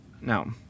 Now